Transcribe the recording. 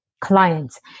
clients